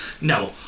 No